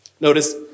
Notice